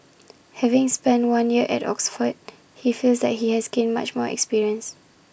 having spent one year at Oxford he feels that he has gained much more experience